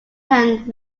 hand